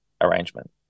arrangement